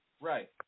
Right